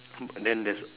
then there's